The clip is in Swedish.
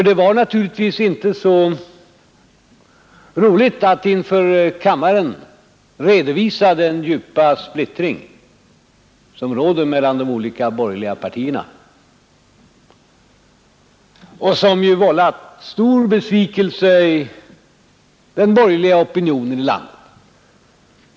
Det var naturligtvis inte så roligt att inför kammaren redovisa den djupa splittring som råder mellan de olika borgerliga partierna och som vållat stor besvikelse inom den borgerliga opinionen i landet.